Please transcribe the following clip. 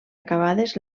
acabades